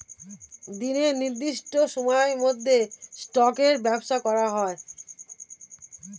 দিনের নির্দিষ্ট সময়ের মধ্যে স্টকের ব্যবসা করা হয়